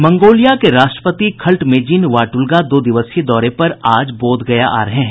Mongolia के राष्ट्रपति Khaltmaagiin Battulga दो दिवसीय दौरे पर आज बोधगया आ रहे हैं